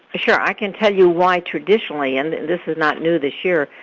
sure. i can tell you why traditionally, and and this is not new this year.